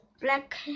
black